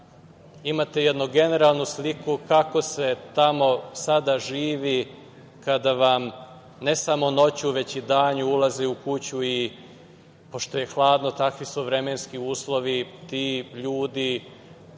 imate jednu generalnu sliku kako se tamo sada živi kada vam ne samo noću, već i danju ulaze u kuću i pošto je hladno. Takvi su vremenski uslovi. Ti ljudi žele